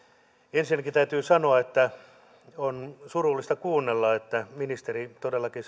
ensinnäkin täytyy sanoa että on surullista kuunnella että ministeri todellakin